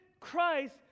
christ